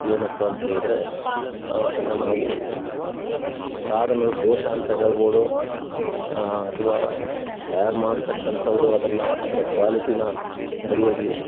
ಏನಪ್ಪ ಅಂತ ಹೇಳಿದ್ರೆ ಅದನ್ನು ನಾವು ಸಾಧನದ ದೋಷ ಅಂತ ಹೇಳ್ಬೋದು ಅಥವಾ ತಯಾರಿ ಮಾಡತಕ್ಕಂಥವ್ರು ಅದನ್ನು ಅದರ ಕ್ವಾಲಿಟಿನ ಸರಿಯಾಗಿ